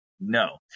No